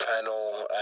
panel